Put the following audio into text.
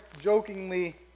jokingly